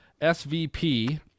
SVP